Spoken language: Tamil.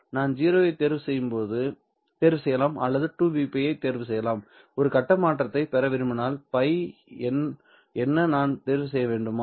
நான் 0 ஐ தேர்வு செய்யலாம் அல்லது 2V π ஐ தேர்வு செய்யலாம் ஒரு கட்ட மாற்றத்தை பெற விரும்பினால் π என்ன நான் தேர்வு செய்ய வேண்டுமா